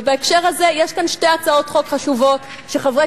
ובהקשר הזה יש כאן שתי הצעות חוק חשובות שחברי